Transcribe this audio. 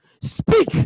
speak